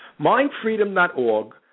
mindfreedom.org